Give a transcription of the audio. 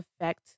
affect